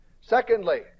Secondly